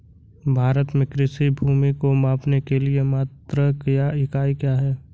भारत में कृषि भूमि को मापने के लिए मात्रक या इकाई क्या है?